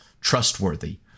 trustworthy